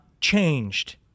changed